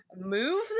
move